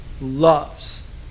loves